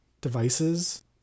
devices